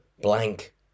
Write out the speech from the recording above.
blank